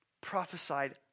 prophesied